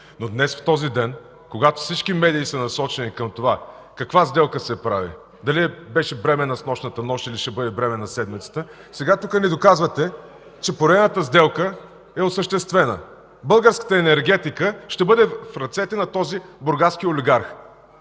Но днес, в този ден, когато всички медии са насочени към това каква сделка се прави, дали беше бременна снощната нощ или ще бъде бременна седмицата, сега тук ни доказвате, че поредната сделка е осъществена. Българската енергетика ще бъде в ръцете на този бургаски олигарх.